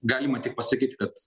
galima tik pasakyti kad